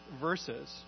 verses